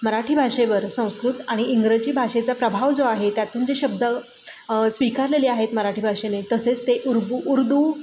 मराठी भाषेवर संस्कृत आणि इंग्रजी भाषेचा प्रभाव जो आहे त्यातून जे शब्द स्वीकारलेले आहेत मराठी भाषेने तसेच ते उर्दू उर्दू